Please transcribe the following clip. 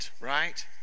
right